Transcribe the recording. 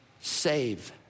save